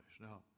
Now